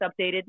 updated